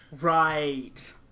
right